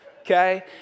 okay